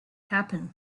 happen